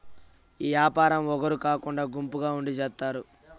ఈ యాపారం ఒగరు కాకుండా గుంపుగా ఉండి చేత్తారు